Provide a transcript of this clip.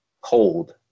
cold